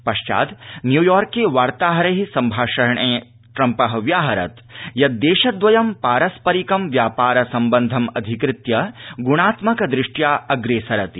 पश्चाद् न्यूयॉर्के वार्ताहरै सम्भाषणे ट्रम्प व्याहरत् यद् देश द्वयं पारस्परिक ं व्यापार सम्बन्धमधिकृत्य ग्णात्मक दृष्ट्या अग्रेसरति